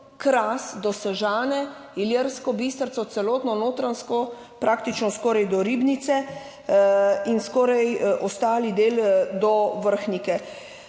Kras do Sežane, Ilirsko Bistrico, celotno Notranjsko, praktično skoraj do Ribnice in skoraj ostali del do Vrhnike.